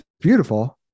beautiful